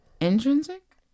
intrinsic